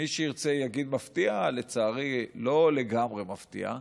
מי שירצה יגיד מפתיע, לצערי לא לגמרי מפתיע,